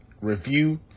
review